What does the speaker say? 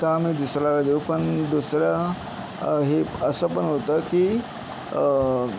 का मी दुसऱ्याला देऊ पण दुसरं हे असं पण होतं की